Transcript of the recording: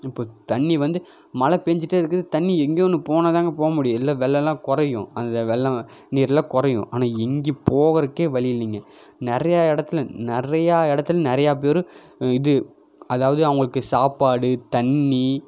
இப்போது தண்ணி வந்து மழை பெஞ்சிட்டே இருக்குது தண்ணி எங்கேயோ ஒன்று போனால் தாங்க போகமுடியும் இல்லை வெள்ளமெலாம் குறையும் அந்த வெள்ளம் நீரெலாம் குறையும் ஆனால் எங்கேயும் போகிறக்கே வழி இல்லைங்க நிறையா இடத்துல நிறையா இடத்துல நிறையா பேர் இது அதாவது அவர்களுக்கு சாப்பாடு தண்ணி